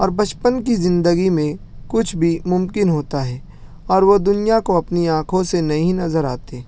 اور بچپن کی زندگی میں کچھ بھی ممکن ہوتا ہے اور وہ دنیا کو اپنی آنکھوں سے نہیں نظر آتے